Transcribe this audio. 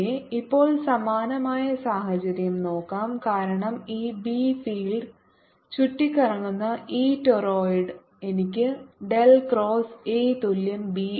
ഇപ്പോൾ സമാനമായ സാഹചര്യം നോക്കാം കാരണം ഈ ബി ഫീൽഡ് ചുറ്റിക്കറങ്ങുന്ന ഈ ടോർറോയ്ഡ് എനിക്ക് ഡെൽ ക്രോസ് എ തുല്യം ബി ഉണ്ട്